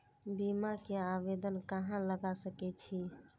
बीमा के आवेदन कहाँ लगा सके छी?